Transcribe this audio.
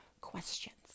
questions